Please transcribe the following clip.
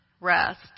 rest